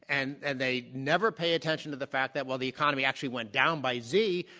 and and they never payattention to the fact that while the economy actually went down by z,